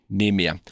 nimiä